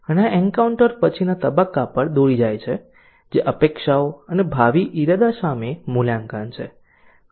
અને આ એન્કાઉન્ટર પછીના તબક્કા તરફ દોરી જાય છે જે અપેક્ષાઓ અને ભાવિ ઇરાદા સામે મૂલ્યાંકન છે